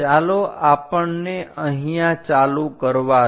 ચાલો આપણને અહીંયા ચાલુ કરવા દો